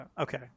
Okay